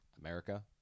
America